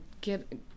Get